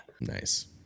Nice